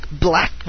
black